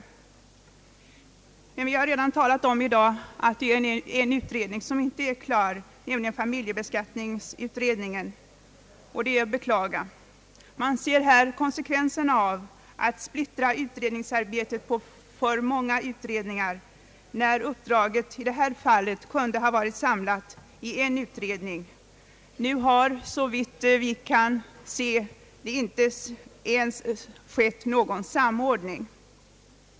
Vi har i dag redan talat om en utredning som inte är klar, nämligen familjebeskattningsutredningen, och det är att beklaga. Man ser här konsekvenserna av att splittra utredningsarbetet på för många utredningar när uppdraget såsom i detta fall kunde ha varit samlat på en utredning. Nu har det såvitt vi kan förstå inte ens skett någon samordning.